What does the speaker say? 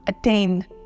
attain